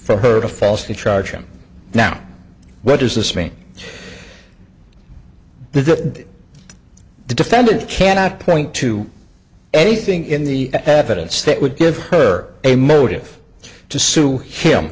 for her to falsely charge him now what does this mean the defendant cannot point to anything in the evidence that would give her a motive to sue him